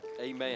amen